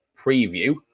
preview